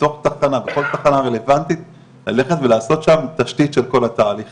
בתוך תחנה רלוונטית ,ללכת ולעשות שם תשתית ארגונית של הדבר הזה.